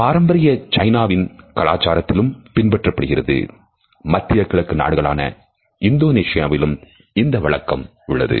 இதுவே பாரம்பரிய சைனாவின் கலாச்சாரத்திலும் பின்பற்றப்படுகிறது மத்திய கிழக்கு நாடுகளான இந்தோனேசியாவிலும் இந்த வழக்கம் உள்ளது